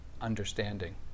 understanding